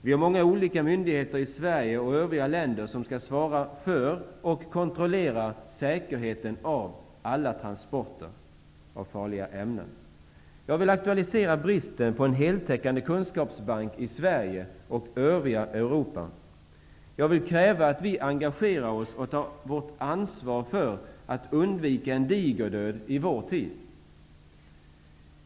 Vi har många olika myndigheter i Sverige och övriga länder som skall ansvara för och kontrollera säkerheten av alla transporter av farliga ämnen. Jag vill aktualisera bristen på en heltäckande kunskapsbank i Sverige och övriga Europa. Jag kräver att vi engagerar oss och tar vårt ansvar för att undvika en digerdöd i vår tid.